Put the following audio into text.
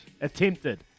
Attempted